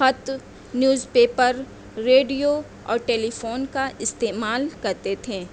خط newspaper radio اور telephone کا استعمال کرتے تھے